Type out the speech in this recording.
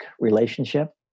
relationship